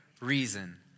reason